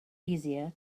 easier